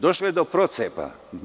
Došlo je do procepa.